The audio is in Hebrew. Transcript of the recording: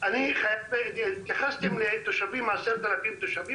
התייחסתם ל-10,000 תושבים,